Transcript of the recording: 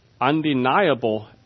undeniable